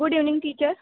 good evening teacher